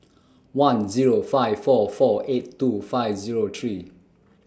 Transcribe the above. one Zero five four four eight two five Zero three